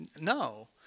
No